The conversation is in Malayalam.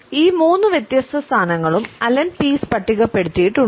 ഈ മൂന്ന് സ്ഥാനങ്ങളും അലൻ പീസ് പട്ടികപ്പെടുത്തിയിട്ടുണ്ട്